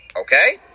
Okay